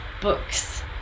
books